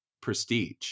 prestige